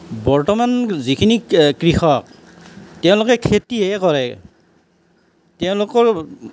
বৰ্তমান যিখিনি কৃষক তেওঁলোকে খেতিহে কৰে তেওঁলোকৰ